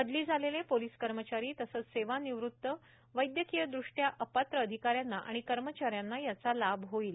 बदली झालेले पोलीस कर्मचारी तसंच सेवानिवृत्त वैदयकीय दृष्ट्या अपात्र अधिकाऱ्यांना आणि कर्मचाऱ्यांना याचा लाभ होईल